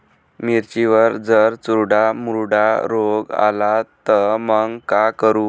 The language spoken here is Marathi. मिर्चीवर जर चुर्डा मुर्डा रोग आला त मंग का करू?